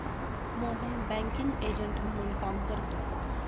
Mohan banking agent म्हणून काम करतो